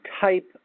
type